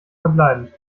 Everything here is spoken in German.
verbleibend